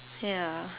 ya